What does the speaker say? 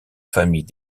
famille